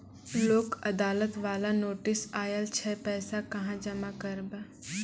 लोक अदालत बाला नोटिस आयल छै पैसा कहां जमा करबऽ?